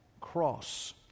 cross